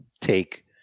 take